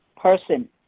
person